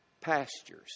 pastures